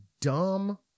dumb